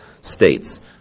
states